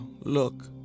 look